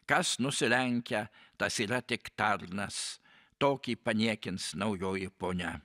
kas nusilenkia tas yra tik tarnas tokį paniekins naujoji ponia